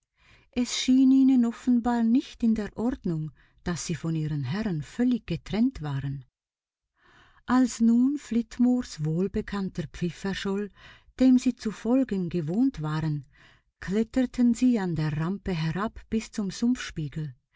es schien ihnen offenbar nicht in der ordnung daß sie von ihren herren völlig getrennt waren als nun flitmores wohlbekannter pfiff erscholl dem sie zu folgen gewohnt waren kletterten sie an den rampen herab bis zum